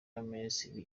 y’abaminisitiri